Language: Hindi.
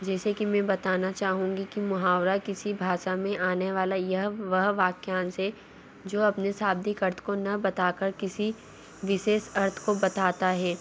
जैसे कि मे बताना चाहूँगी कि मुहावरा किसी भाषा में आने वाला यह वह वाक्यांश है जो अपने शब्धिक अर्थ को ना बताकर किसी विशेष अर्थ को बताता है